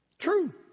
True